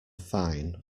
fine